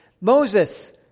Moses